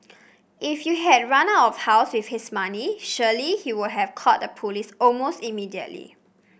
if you had run out of house with his money surely he would have called the police almost immediately